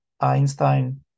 Einstein